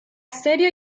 serio